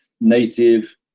native